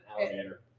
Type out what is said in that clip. Alligator